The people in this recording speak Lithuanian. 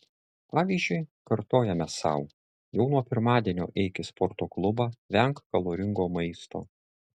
pavyzdžiui kartojame sau jau nuo pirmadienio eik į sporto klubą venk kaloringo maisto